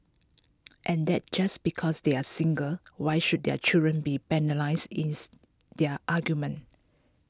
and that just because they are single why should their children be penalised is their argument